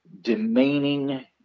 demeaning